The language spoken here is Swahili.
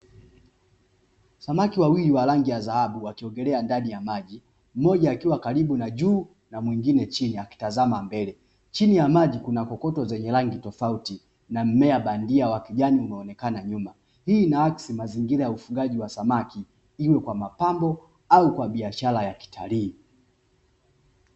Samaki wawili wa rangi ya dhahabu wakiogelea ndani ya maji, mmoja akiwa karibu na juu na mwingine chini akitazama mbele. Chini ya maji kuna kokoto zenye rangi tofauti na mmea bandia wa kijani unaonekana nyuma, hii inaakisi mazingira ya ufugaji wa samaki, iwe kwa mapambo au kwa biashara ya kitalii.